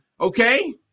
Okay